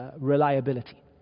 reliability